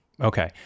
Okay